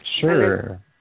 Sure